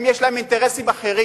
הם, יש להם אינטרסים אחרים.